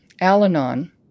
Al-Anon